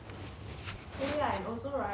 is that why 你每个弊六都有出去